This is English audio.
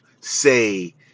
say